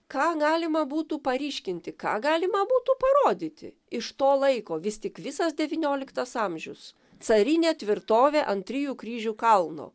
ką galima būtų paryškinti ką galima būtų parodyti iš to laiko vis tik visas devynioliktas amžius carinė tvirtovė ant trijų kryžių kalno